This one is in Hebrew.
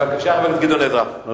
חבר הכנסת גדעון עזרא, בבקשה.